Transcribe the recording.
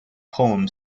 poem